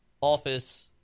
Office